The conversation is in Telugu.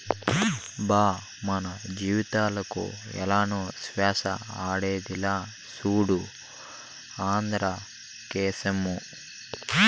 బా మన జీవాలకు ఏలనో శ్వాస ఆడేదిలా, సూడు ఆంద్రాక్సేమో